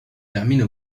terminent